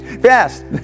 Fast